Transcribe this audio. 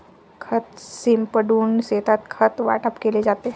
खत शिंपडून शेतात खत वाटप केले जाते